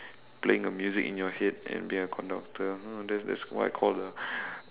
playing a music in your head and being a conductor ah that's that's what I call a